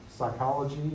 psychology